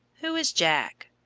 who is jack?